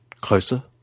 closer